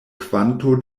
kvanto